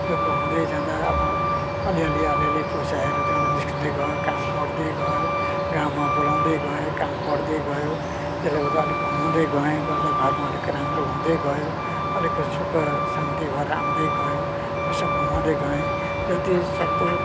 दु ख हुँदै जाँदा अब अलिअलि अलिअलि पैसाहरू त्यहाँबाट निस्कदै गयो काम बढ्दै गयो गाउँमा बोलाउँदै गए काम बढ्दै गयो त्यसले गर्दा अलिक कमाउँदै गएँ गर्दा घरमा अलिक राम्रो हुँदै गयो अलिक सुख शान्ति भएर आउँदै गयो पैसा कमाउँदै गएँ त्यति सत्तो